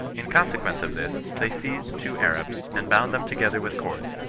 in consequence of this, they seized two arabs, and bound them together with cords,